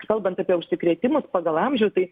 kalbant apie užsikrėtimus pagal amžių tai